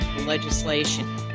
legislation